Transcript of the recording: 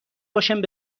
باشند